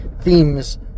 themes